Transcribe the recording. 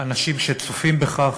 אנשים שצופים בכך.